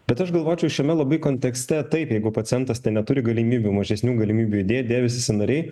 bet aš galvočiau šiame labai kontekste taip jeigu pacientas ten neturi galimybių mažesnių galimybių judėt dėvisi sąnariai